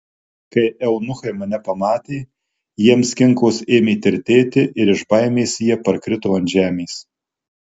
kai eunuchai mane pamatė jiems kinkos ėmė tirtėti ir iš baimės jie parkrito ant žemės